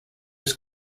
was